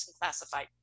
classified